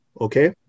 okay